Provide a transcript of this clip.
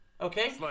okay